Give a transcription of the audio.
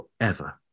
forever